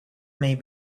may